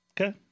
Okay